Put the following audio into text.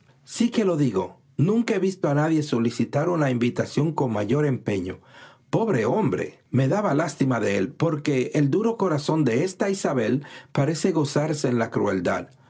sí que lo digo nunca he visto a nadie solicitar una invitación con mayor empeño pobre hombre me daba lástima de él porque el duro corazón de esta isabel parece gozarse en la crueldad